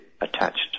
attached